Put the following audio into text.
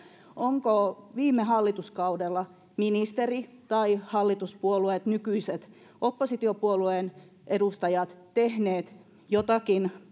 ovatko viime hallituskaudella ministeri tai hallituspuolueet nykyiset oppositiopuolueen edustajat tehneet jotakin